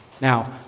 Now